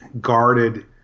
guarded